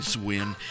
win